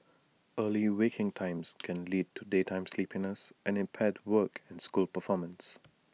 early waking times can lead to daytime sleepiness and impaired work and school performance